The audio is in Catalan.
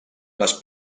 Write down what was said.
les